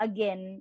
Again